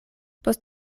post